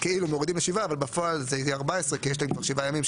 מורידים לשבעה אבל בפועל זה יהיה 14 כי יש לי כבר שבעה ימים,